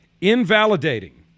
invalidating